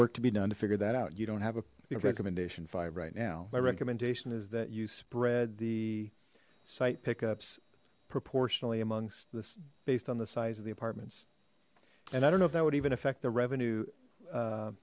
work to be done to figure that out you don't have a recommendation five right now my recommendation is that you spread the sight pickups proportionally amongst this based on the size of the apartments and i don't know if that would even affect the